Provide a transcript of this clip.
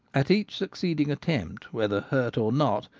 at each suc ceeding attempt, whether hurt or not,